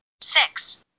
Six